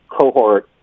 cohort